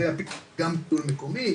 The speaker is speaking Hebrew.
הרי הפעילות היא גם גידול מקומי.